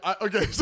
okay